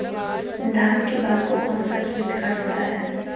धान के बाल को कौन सा किट काटता है?